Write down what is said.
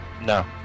no